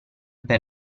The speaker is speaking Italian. per